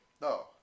no